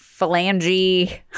phalange